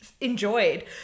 enjoyed